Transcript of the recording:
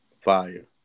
Fire